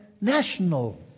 national